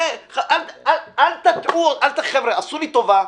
חבר'ה, עשו לי טובה,